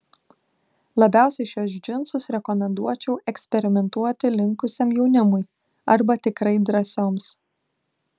labiausiai šiuos džinsus rekomenduočiau eksperimentuoti linkusiam jaunimui arba tikrai drąsioms